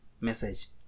message